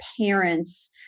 parents